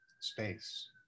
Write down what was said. space